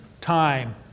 time